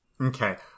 Okay